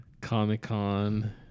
Comic-Con